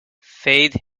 faith